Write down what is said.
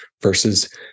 versus